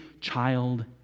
child